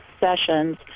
sessions